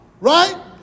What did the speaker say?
right